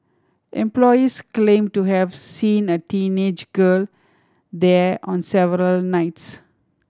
employees claimed to have seen a teenage girl there on several nights